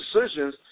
decisions